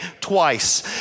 twice